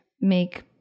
make